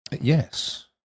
Yes